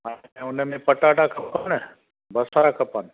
हा त हुन में पटाटा खपनि बसरि खपनि